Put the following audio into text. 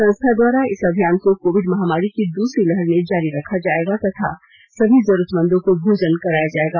संस्था द्वारा इस अभियान को कोविड महामारी की दूसरी लहर में जारी रखा जाएगा तथा सभी जरूरतमंदों भोजन कराया जाएगा